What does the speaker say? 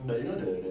mm